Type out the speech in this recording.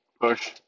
push